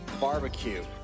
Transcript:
barbecue